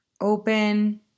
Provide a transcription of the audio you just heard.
open